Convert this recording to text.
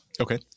Okay